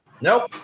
Nope